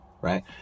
right